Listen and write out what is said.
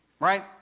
Right